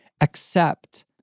accept